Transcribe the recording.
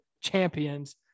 champions